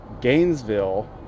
Gainesville